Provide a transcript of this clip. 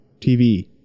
TV